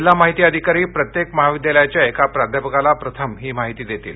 जिल्हा माहिती अधिकारी प्रत्येक महाविद्यालयाच्या एका प्राध्यापकाला प्रथम ही माहिती देतील